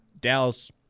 Dallas